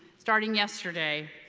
starting yesterday,